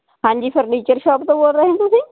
ਹਾਂਜੀ furniture shop ਤੋਂ ਬੋਲ ਰਹੇ ਹੋ ਤੁਸੀਂ